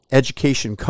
education